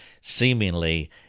seemingly